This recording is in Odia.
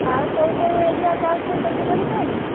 ଆଉ କେଉଁ କେଉଁ ଏରିଆ ଯାଉଛ ଡେଲିଭରି ପାଇଁ